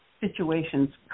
situations